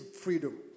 freedom